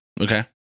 Okay